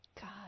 God